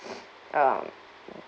um